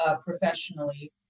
professionally